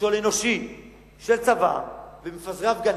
מכשול אנושי של צבא ומפזרי הפגנה.